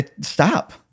stop